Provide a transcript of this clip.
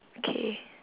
okay